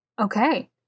Okay